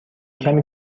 کمی